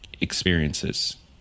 experiences